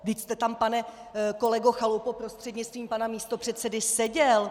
Vždyť jste tam, pane kolego Chalupo prostřednictvím pana místopředsedy, seděl.